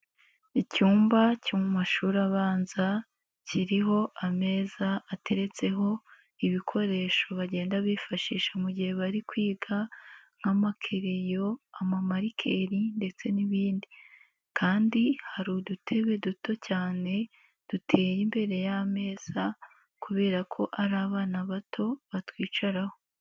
Icyumba cyo mu mashuri abanza kiriho ameza ateretseho ibikoresho bagenda bifashisha mu gihe bari kwiga nk'amakereyo, amamarikeri ndetse n'ibindi, kandi hari udutebe duto cyane duteye imbere y'ameza kubera ko ari abana bato batwicaraho.